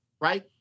right